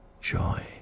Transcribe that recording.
joy